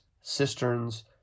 cisterns